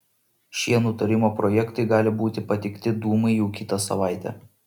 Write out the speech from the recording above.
šie nutarimo projektai gali būti pateikti dūmai jau kitą savaitę